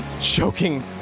Choking